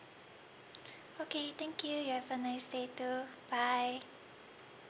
okay thank you you have a nice day too bye